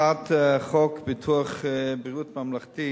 הצעת חוק ביטוח בריאות ממלכתי